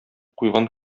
куйган